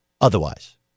Otherwise